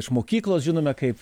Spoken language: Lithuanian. iš mokyklos žinome kaip